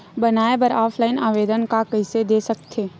बनाये बर ऑफलाइन आवेदन का कइसे दे थे?